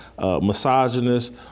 misogynist